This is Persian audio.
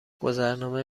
گذرنامه